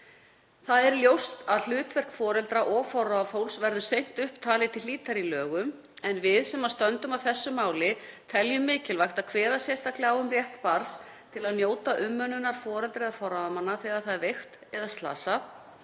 Það er ljóst að hlutverk foreldra og forráðafólks verður seint upptalið til hlítar í lögum en við sem stöndum að þessu máli teljum mikilvægt að kveða sérstaklega á um rétt barns til að njóta umönnunar foreldra eða forráðamanna þegar það er veikt eða slasað,